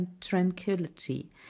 tranquility